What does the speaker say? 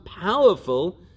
powerful